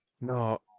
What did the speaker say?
No